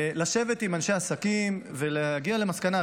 לשבת עם אנשי עסקים ולהגיע למסקנה.